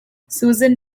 susan